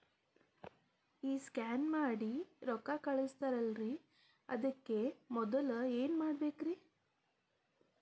ಈ ಸ್ಕ್ಯಾನ್ ಮಾಡಿ ರೊಕ್ಕ ಕಳಸ್ತಾರಲ್ರಿ ಅದಕ್ಕೆ ಮೊದಲ ಏನ್ ಮಾಡ್ಬೇಕ್ರಿ?